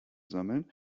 sammeln